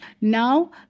Now